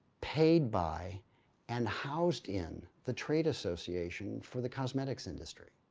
paid by and housed in the trade association for the cosmetics industry.